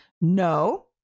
No